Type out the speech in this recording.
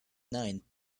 nine